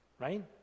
Right